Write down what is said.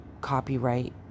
copyright